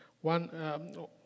one